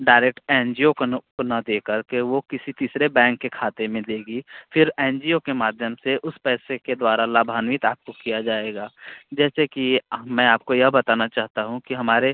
direct N G O को नो को न दे कर के वो किसी तीसरे बैंक के खाते में देगी फिर एन जी ओ के माध्यम से उस पैसे के द्वारा लाभान्वित आपको किया जाएगा जैसे कि ह मैं आपको यह बताना चाहता हूँ कि हमारे